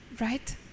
Right